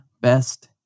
Best